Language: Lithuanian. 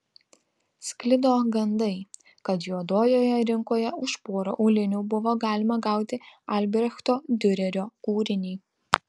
sklido gandai kad juodojoje rinkoje už porą aulinių buvo galima gauti albrechto diurerio kūrinį